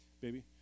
baby